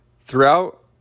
throughout